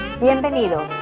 Bienvenidos